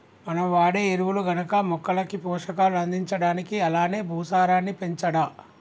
మనం వాడే ఎరువులు గనక మొక్కలకి పోషకాలు అందించడానికి అలానే భూసారాన్ని పెంచడా